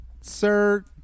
Sir